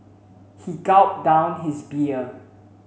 he gulped down his beer